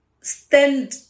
stand